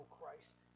Christ